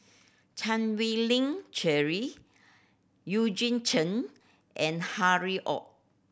Chan Wei Ling Cheryl Eugene Chen and Harry Ord